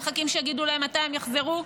והם מחכים שיגידו להם מתי הם יחזרו,